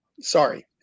Sorry